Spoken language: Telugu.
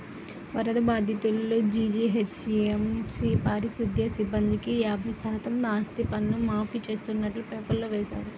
వరద బాధితులు, జీహెచ్ఎంసీ పారిశుధ్య సిబ్బందికి యాభై శాతం ఆస్తిపన్ను మాఫీ చేస్తున్నట్టు పేపర్లో వేశారు